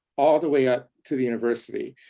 all the way up to the university,